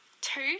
two